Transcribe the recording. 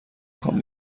خوام